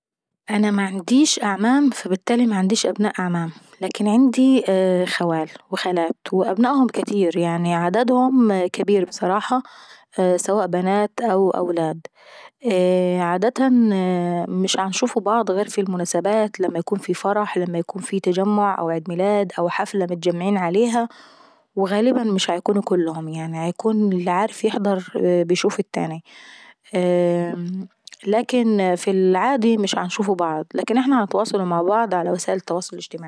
انا معنديش اعمام فالبتالي معنديش أبناء أعمام. لكن عيندي خوال وخالات وأبنائهم كاتير يعني عددهم كابير وبصراحة سواء بنات او أولاد. عادة مش بنشوفوا بعض غير في المناسبات لما يكون في فرح لما يكون في عيد ميلاد، او حفلة متجمعين عليها، وغالبا مش بيكونوا كلهم يعناي بيكون اللي عارف يحضر بيشوف التاناي. لكن في العاداي مش عنشوفو بعضز ولكن بنتواصل مع بعض على وسائل التواصل الاجتماعاي.